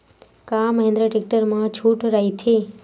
का महिंद्रा टेक्टर मा छुट राइथे?